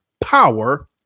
power